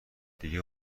دیگه